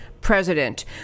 president